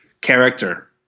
character